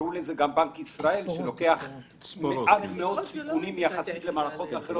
תקראו לזה שבנק ישראל לוקח מעט מאוד סיכונים יחסית למערכות אחרות,